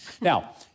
Now